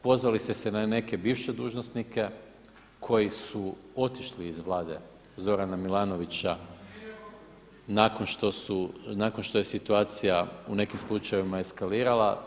Pozvali ste se na neke bivše dužnosnike koji su otišli iz Vlade Zorana Milanovića nakon što su, nakon što je situacija u nekim slučajevima eskalirala.